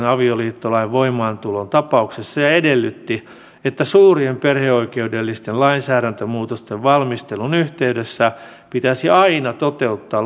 avioliittolain voimaantulon tapauksessa ja edellytti että suurien perheoikeudellisten lainsäädäntömuutosten valmistelun yhteydessä pitäisi aina toteuttaa